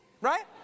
right